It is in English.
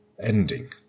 ending